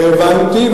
הבנתי,